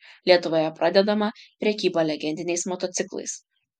lietuvoje pradedama prekyba legendiniais motociklais